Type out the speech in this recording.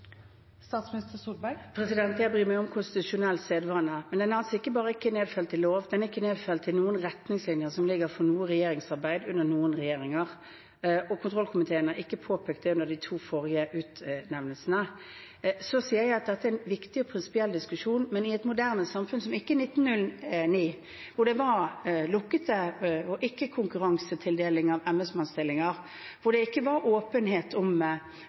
Jeg bryr meg om konstitusjonell sedvane. Men den er altså ikke bare ikke nedfelt i lov, den er ikke nedfelt i noen retningslinjer som ligger for noe regjeringsarbeid under noen regjeringer. Og kontrollkomiteen har ikke påpekt det under de to forrige utnevnelsene. Så sier jeg at dette er en viktig og prinsipiell diskusjon. Men i et moderne samfunn – som ikke er 1909, hvor det var lukket og ikke konkurransetildelinger av embetsmannsstillinger, hvor det ikke var åpenhet om